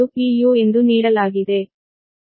u ಎಂದು ನೀಡಲಾಗಿದೆ